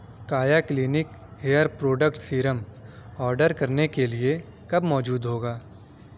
کایا clinic hair protect serum order کرنے کے لیے کب موجود ہوگا